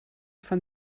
von